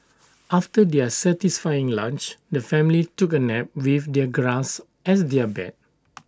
after their satisfying lunch the family took A nap with the grass as their bed